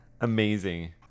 Amazing